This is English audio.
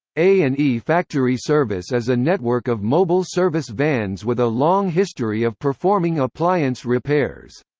a and e factory service is a network of mobile service vans with a long history of performing appliance repairs.